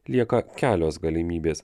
lieka kelios galimybės